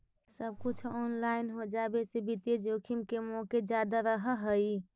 सब कुछ ऑनलाइन हो जावे से वित्तीय जोखिम के मोके जादा रहअ हई